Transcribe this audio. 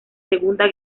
segunda